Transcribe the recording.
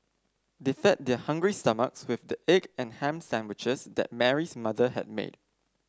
they fed their hungry stomachs with the egg and ham sandwiches that Mary's mother had made